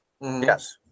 Yes